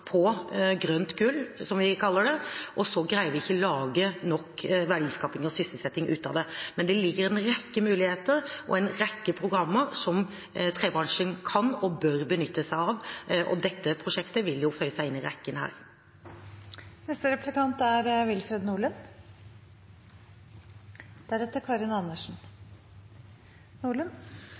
på «grønt gull», som vi kaller det, men at vi ikke klarer å få nok verdiskaping og sysselsetting ut av det. Det er en rekke muligheter og programmer som trebransjen kan og bør benytte seg av, og dette prosjektet vil føye seg inn i rekken. Jeg vil takke statsråden for et for så vidt positivt innlegg. Det er jo,